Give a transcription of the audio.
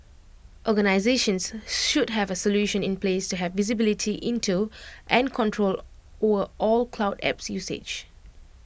organisations should have A solution in place to have visibility into and control or all cloud apps usage